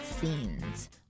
scenes